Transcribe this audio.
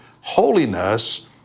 Holiness